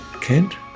Kent